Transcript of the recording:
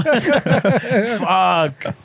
Fuck